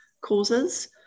causes